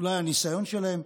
אולי הניסיון שלהם,